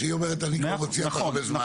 כי כשהיא אומרת אני מוציאה הרבה זמן,